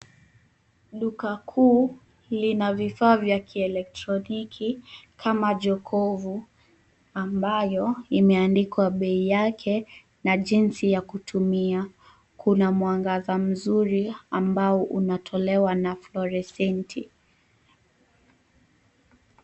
Duka kuu lina vifaa vya kielektroniki kama jokofu ambayo imeandikwa bei yake na jinsi ya kutumia. Kuna mwangaza mzuri ambao unatolewa na fluorescent .